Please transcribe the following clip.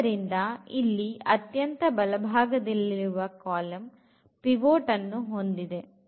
ಆದ್ದರಿಂದ ಇಲ್ಲಿ ಅತ್ಯಂತ ಬಲಭಾಗದಲ್ಲಿರುವ ಕಾಲಂ ಪಿವೊಟ್ ಅನ್ನು ಹೊಂದಿದೆ